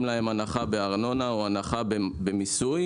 להם הנחה בארנונה או הנחה במיסוי,